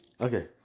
Okay